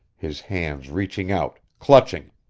his hands reaching out, clutching.